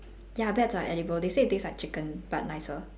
ya bats are edible they say it taste like chicken but nicer